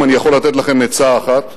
אם אני יכול לתת לכם עצה אחת,